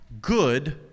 good